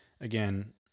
Again